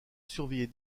surveiller